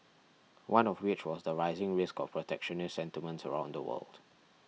one of which was the rising risk of protectionist sentiments around the world